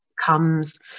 comes